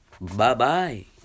Bye-bye